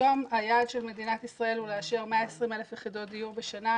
היום היעד של מדינת ישראל הוא לאשר 120,000 יחידות דיור בשנה,